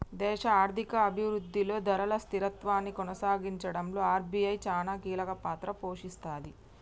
దేశ ఆర్థిక అభిరుద్ధిలో ధరల స్థిరత్వాన్ని కొనసాగించడంలో ఆర్.బి.ఐ చానా కీలకపాత్ర పోషిస్తది